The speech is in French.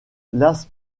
las